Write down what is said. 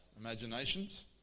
imaginations